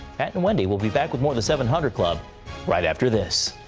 pat and wendy will be back with more of the seven hundred club right after this.